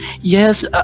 Yes